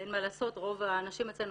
אין מה לעשות, רוב הנשים אצלנו,